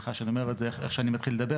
סליחה שאני אומר את זה איך שאני מתחיל לדבר